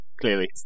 clearly